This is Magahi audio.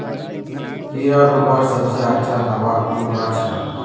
कीड़ा रोकवार सबसे अच्छा दाबा कुनला छे?